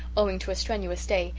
owing to a strenuous day,